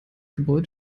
gebäude